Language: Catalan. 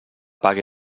pague